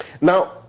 Now